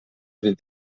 vint